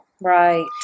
right